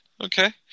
okay